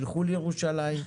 ילכו לירושלים.